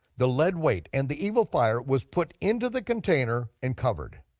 the lead weight and the evil fire was put into the container and covered.